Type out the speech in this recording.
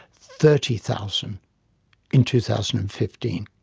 thirty thousand in two thousand and fifteen.